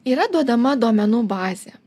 yra duodama duomenų bazė